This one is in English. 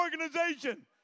organization